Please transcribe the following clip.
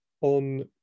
on